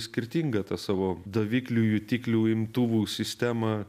skirtingą tą savo daviklių jutiklių imtuvų sistemą